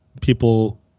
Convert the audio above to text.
people